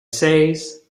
seis